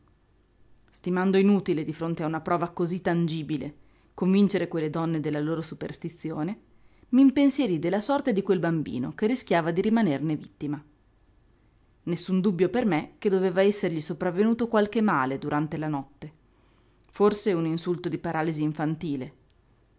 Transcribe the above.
stimando inutile di fronte a una prova cosí tangibile convincere quelle donne della loro superstizione m'impensierii della sorte di quel bambino che rischiava di rimanerne vittima nessun dubbio per me che doveva essergli sopravvenuto qualche male durante la notte forse un insulto di paralisi infantile